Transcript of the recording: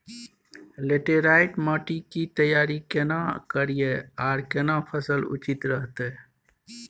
Laterite माटी की तैयारी केना करिए आर केना फसल उचित रहते?